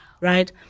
right